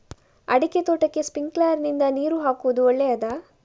ಅಡಿಕೆ ತೋಟಕ್ಕೆ ಸ್ಪ್ರಿಂಕ್ಲರ್ ನಿಂದ ನೀರು ಹಾಕುವುದು ಒಳ್ಳೆಯದ?